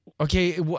Okay